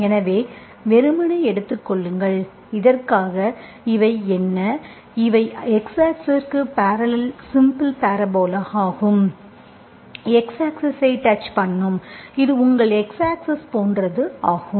எனவே வெறுமனே எடுத்துக் கொள்ளுங்கள் இதற்காக இவை என்ன இவை x ஆக்ஸிஸ்க்கு பாரலல் சிம்பிள் பேரபோலா ஆகும் x ஆக்ஸிசை டச் பண்ணும் இது உங்கள் x ஆக்ஸிஸ் போன்றது ஆகும்